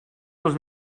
dels